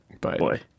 Boy